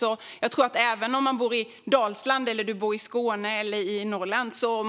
Vi måste tillse att olika transportslag finns tillgängliga oavsett om man bor i Dalsland, Skåne eller Norrland, och